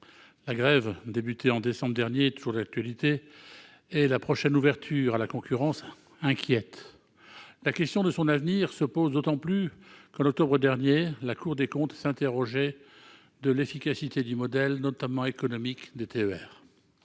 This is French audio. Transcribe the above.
La grève entamée en décembre dernier est toujours d'actualité, et la prochaine ouverture à la concurrence inquiète. La question se pose d'autant plus que, en octobre dernier, la Cour des comptes s'interrogeait sur l'efficacité du modèle, notamment économique, des TER.